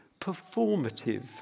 Performative